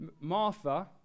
Martha